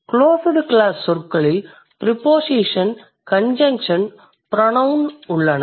closed class சொற்களில் preposition conjunction pronoun உள்ளன